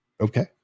okay